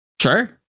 Sure